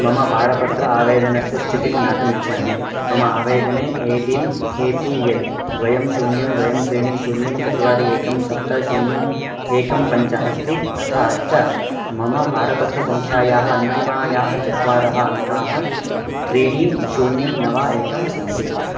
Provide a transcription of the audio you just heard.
मम पारपत्र आवेदनस्य स्थितिं ज्ञातुमिच्छामि मम आवेदने A D A P L द्वे शून्यं द्वे त्रीणि शून्यं चत्वारि एकं सप्त शून्यं एकं पञ्च अस्ति तथा च मम पारपत्रसङ्ख्यायाः अन्तिमायाः चत्वारः अङ्काः त्रीणि शून्यं नव एकं सन्ति